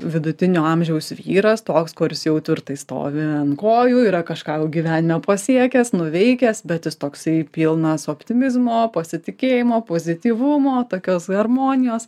vidutinio amžiaus vyras toks kuris jau tvirtai stovi ant kojų yra kažką jau gyvenime pasiekęs nuveikęs bet jis toksai pilnas optimizmo pasitikėjimo pozityvumo tokios harmonijos